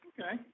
Okay